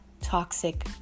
toxic